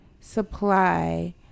supply